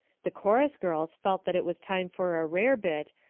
the chorus girls felt that it was time for a rarebit,